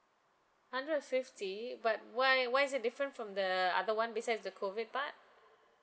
hundred and fifty but why why is it different from the other [one] besides the COVID part